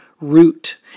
root